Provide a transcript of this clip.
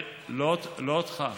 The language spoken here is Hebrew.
אתה מאשים אותי עכשיו, לא אותך.